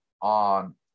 on